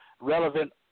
relevant